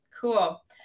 cool